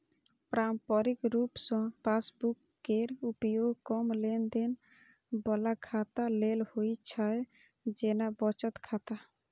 पारंपरिक रूप सं पासबुक केर उपयोग कम लेनदेन बला खाता लेल होइ छै, जेना बचत खाता